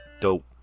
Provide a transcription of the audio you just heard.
Dope